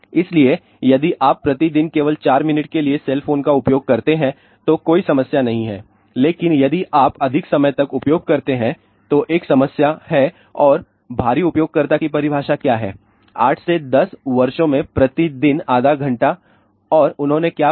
इसलिए यदि आप प्रति दिन केवल 4 मिनट के लिए सेल फोन का उपयोग करते हैं तो कोई समस्या नहीं है लेकिन यदि आप अधिक समय तक उपयोग करते हैं तो एक समस्या है और भारी उपयोगकर्ता की परिभाषा क्या है 8 से 10 वर्षों में प्रति दिन आधा घंटा और उन्होंने क्या पाया